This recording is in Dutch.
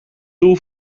doel